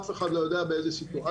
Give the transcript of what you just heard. אף אחד לא יודע באיזה סיטואציה הוא נמצא